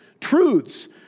truths